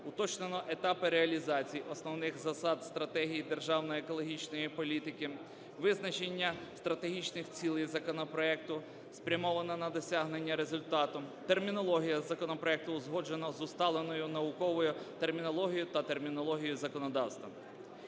уточнено етапи реалізації Основних засад (стратегії) державної екологічної політики, визначення стратегічних цілей законопроекту, спрямованих на досягнення результату, термінологія законопроекту узгоджена з усталеною науковою термінологією та термінологією законодавства.